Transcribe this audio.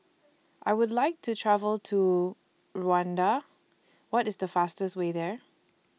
I Would like to travel to Rwanda What IS The fastest Way There